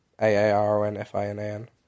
A-A-R-O-N-F-I-N-A-N